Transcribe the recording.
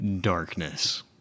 darkness